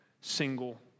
single